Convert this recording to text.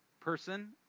person